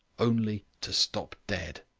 only to stop dead.